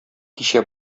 кичә